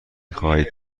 خواهید